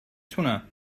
تونم